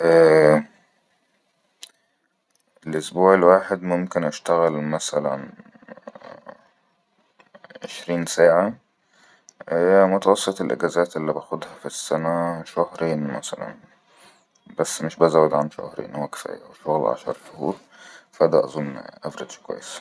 ءءءه الاسبوع الواحد ممكن اشتغل عشرين ساعة متوسط الاجازات مثلن اللي بخدها في السنه شهرين مثلن بس مش بزود عن شهرين مثلا شهر لعشر شهور فدا اظن افردج كويس